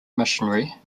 missionary